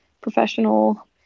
professional